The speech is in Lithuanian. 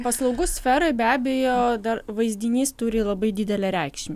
paslaugų sferoj be abejo dar vaizdinys turi labai didelę reikšmę